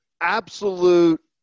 absolute